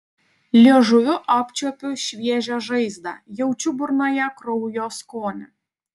liežuviu apčiuopiu šviežią žaizdą jaučiu burnoje kraujo skonį